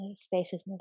spaciousness